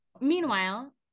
Meanwhile